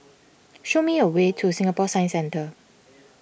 show me the way to Singapore Science Centre